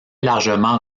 largement